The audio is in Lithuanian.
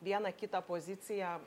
vieną kitą poziciją